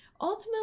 Ultimately